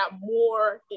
more